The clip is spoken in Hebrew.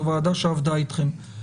זו ועדה שעבדה איתכם,